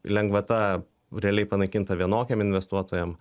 lengvata realiai panaikinta vienokiem investuotojam